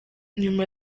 nyuma